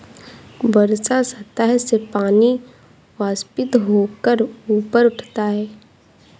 वर्षा सतह से पानी वाष्पित होकर ऊपर उठता है